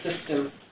system